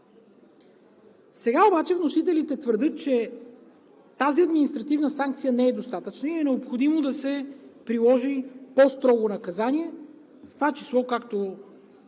Сега обаче вносителите твърдят, че тази административна санкция не е достатъчна и е необходимо да се приложи по-строго наказание, в това число, както